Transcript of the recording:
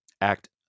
Act